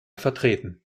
vertreten